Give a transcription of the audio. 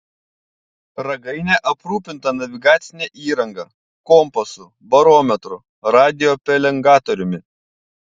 ragainė aprūpinta navigacine įranga kompasu barometru radiopelengatoriumi